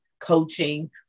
coaching